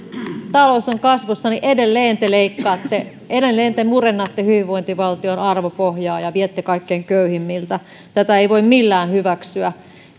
talous on kasvussa niin edelleen te leikkaatte edelleen te murennatte hyvinvointivaltion arvopohjaa ja viette kaikkein köyhimmiltä tätä ei voi millään hyväksyä